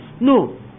No